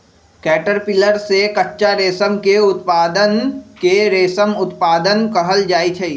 caterpillar से कच्चा रेशम के उत्पादन के रेशम उत्पादन कहल जाई छई